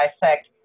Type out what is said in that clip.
dissect